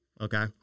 Okay